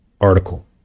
article